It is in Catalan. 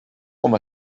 com